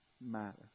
matter